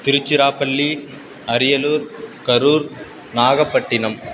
Tiruchirappalli Ariyalur Karur Nagapattinam